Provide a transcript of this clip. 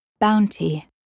Bounty